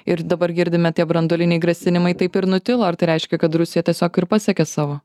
ir dabar girdime tie branduoliniai grasinimai taip ir nutilo ar tai reiškia kad rusija tiesiog ir pasiekė savo